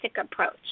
approach